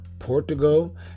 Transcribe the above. portugal